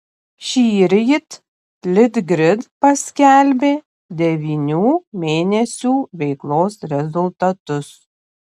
šįryt litgrid paskelbė devynių mėnesių veiklos rezultatus